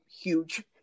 huge